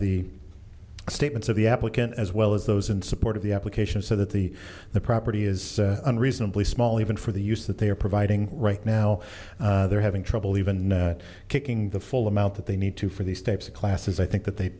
the statements of the applicant as well as those in support of the application so that the the property is unreasonably small even for the use that they are providing right now they're having trouble even kicking the full amount that they need to for these types of classes i think th